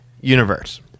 universe